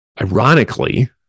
ironically